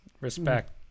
Respect